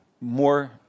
more